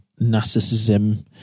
narcissism